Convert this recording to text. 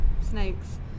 snakes